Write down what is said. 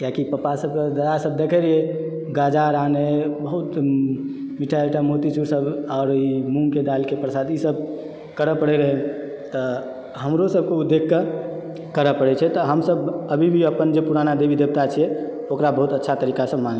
कियाकि पप्पा सबके बाबा सबके देखे रहीयै गाजा अर आनै बहुत मिठाई उठाई मोतीचूर सब आओर मूँगके दालिके प्रसाद ई सब करऽ पड़ै रहै तऽ हमरो सबके उ देखके करै पड़ै छै तऽ हमसब अभी भी अपन जे पुराना देवी देवता छै ओकरा बहुत अच्छा तरीक़ा सँ मानै